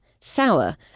sour